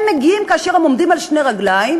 הם מגיעים כאשר הם עומדים על שתי רגליים.